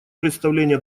представление